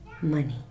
money